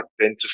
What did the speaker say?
identify